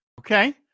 okay